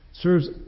serves